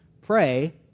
pray